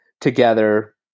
together